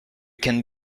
can